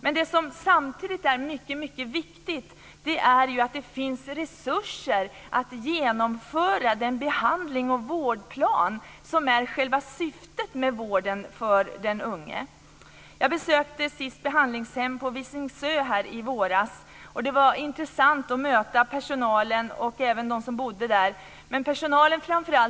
Men det som samtidigt är mycket viktigt är att det finns resurser att genomföra den behandling och vårdplan som är själva syftet med vården för den unge. Jag besökte ett behandlingshem på Visingsö i våras. Det var intressant att möta personalen och även dem som bodde där, men framför allt personalen.